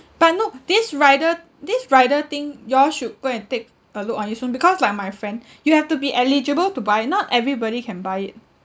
but no this rider this rider thing you all should go and take a look on it soon because like my friend you have to be eligible to buy not everybody can buy it